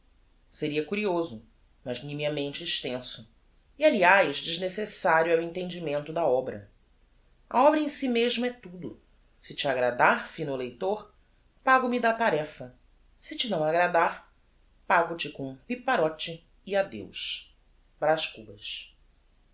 seria curioso mas nimiamente extenso e aliás desnecessario ao entendimento da obra a obra em si mesma é tudo se te agradar fino leitor pago me da tarefa se te não agradar pago te com um piparote e adeus braz cubas